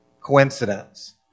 coincidence